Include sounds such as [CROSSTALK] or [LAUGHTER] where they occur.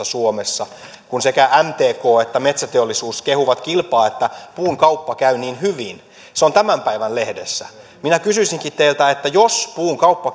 [UNINTELLIGIBLE] suomessa kun sekä mtk että metsäteollisuus kehuvat kilpaa että puunkauppa käy niin hyvin se on tämän päivän lehdessä minä kysyisinkin teiltä jos puunkauppa [UNINTELLIGIBLE]